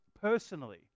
personally